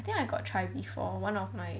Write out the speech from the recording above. think I got try before one of my